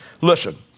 Listen